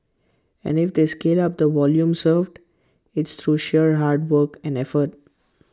and if they scale up the volume served it's through sheer hard work and effort